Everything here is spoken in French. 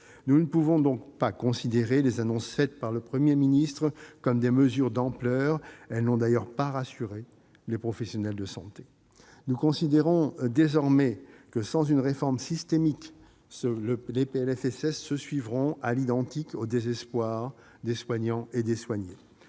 Nous ne pouvons donc pas considérer les annonces faites par le Premier ministre comme des mesures d'ampleur ; elles n'ont d'ailleurs pas rassuré les professionnels de santé. Nous considérons désormais que, sans une réforme systémique, les PLFSS se suivront à l'identique au désespoir des soignants et des soignés.